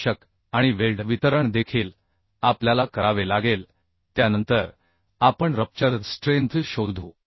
आवश्यक आणि वेल्ड वितरण देखील आपल्याला करावे लागेल त्यानंतर आपण रप्चर स्ट्रेंथ शोधू